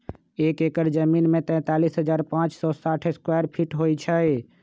एक एकड़ जमीन में तैंतालीस हजार पांच सौ साठ स्क्वायर फीट होई छई